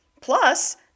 plus